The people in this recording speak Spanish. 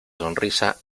sonrisa